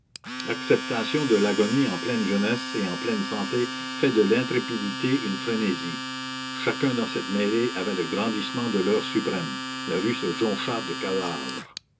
l'acceptation de l'agonie en pleine jeunesse et en pleine santé fait de l'intrépidité une frénésie chacun dans cette mêlée avait le grandissement de l'heure suprême la rue se joncha de cadavres